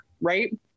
right